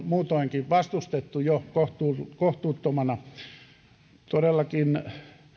muutoinkin vastustettu kohtuuttomana todellakin